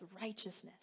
righteousness